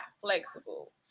flexible